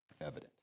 evident